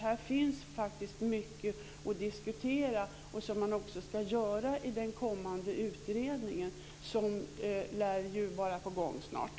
Här finns alltså faktiskt mycket att diskutera, något som man också ska göra i den kommande utredning som ju lär vara på gång snart.